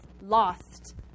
lost